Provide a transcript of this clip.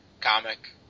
comic